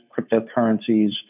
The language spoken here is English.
cryptocurrencies